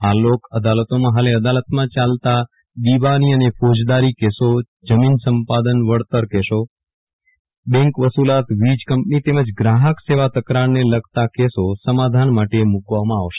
આ લોક અદાલતોમાં હાલે અદાલતમાં ચાલતા દિવાની અને ફોજદારી કેસો જમીન સંપાદન વળતર કેસો જમીન સંપાદન વળતર બેંક વસુલાત વીજ કંપની તેમજ ગ્રાહક સેવા તકરાર ને લગતા કેસો સમાધાન માટે મુકવામાં આવશે